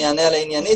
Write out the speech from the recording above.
אני אענה עליה עניינית,